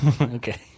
Okay